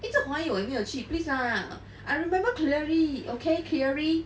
一直怀疑我有没有去 please lah I remember clearly okay clearly